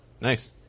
Nice